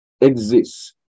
exists